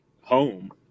home